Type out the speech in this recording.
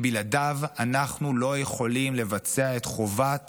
שבלעדיו אנחנו לא יכולים לבצע את חובת